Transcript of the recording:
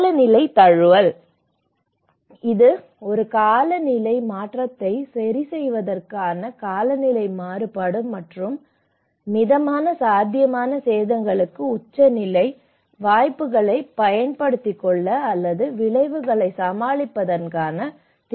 காலநிலை தழுவல் இது ஒரு காலநிலை மாற்றத்தை சரிசெய்வதற்கான காலநிலை மாறுபாடு மற்றும் மிதமான சாத்தியமான சேதங்களுக்கு உச்சநிலை வாய்ப்புகளைப் பயன்படுத்திக்கொள்ள அல்லது விளைவுகளைச் சமாளிப்பதற்கான திறன்களைக் குறிக்கிறது